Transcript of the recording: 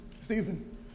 Stephen